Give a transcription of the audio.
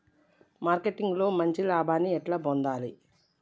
Marketing లో మంచి లాభాల్ని ఎట్లా పొందాలి?